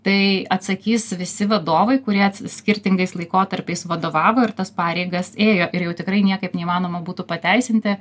tai atsakys visi vadovai kurie skirtingais laikotarpiais vadovavo ir tas pareigas ėjo ir jau tikrai niekaip neįmanoma būtų pateisinti